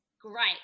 great